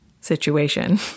situation